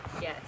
yes